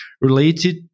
related